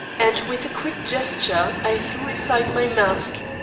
and with a quick gesture i threw aside my mask,